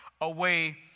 away